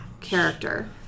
character